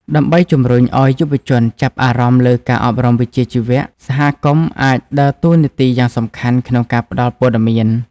ដើម្បីជំរុញឱ្យយុវជនចាប់អារម្មណ៍លើការអប់រំវិជ្ជាជីវៈ សហគមន៍អាចដើរតួនាទីយ៉ាងសំខាន់ក្នុងការផ្តល់ព័ត៌មាន។